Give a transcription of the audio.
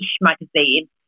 magazine